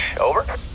Over